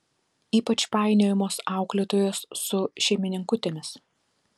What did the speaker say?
ypač painiojamos auklėtojos su šeimininkutėmis